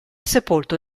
sepolto